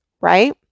Right